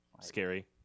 Scary